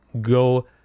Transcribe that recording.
go